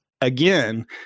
again